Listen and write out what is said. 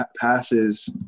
passes